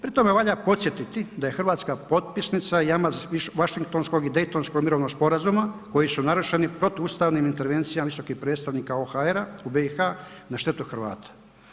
Pri tome valja podsjetiti da je Hrvatska potpisnica i jamac Washingtonskog i Dajtonskog mirovnog sporazuma koji su narušeni protuustavnim intervencijama visokih predstavnika OHR-a u BiH na štetu Hrvata.